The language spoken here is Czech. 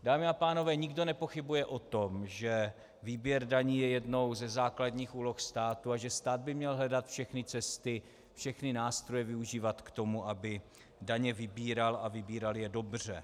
Dámy a pánové, nikdo nepochybuje o tom, že výběr daní je jednou ze základních úloh státu a že stát by měl hledat všechny cesty a všechny nástroje využívat k tomu, aby daně vybíral, a vybíral je dobře.